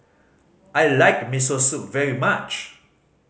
I like Miso Soup very much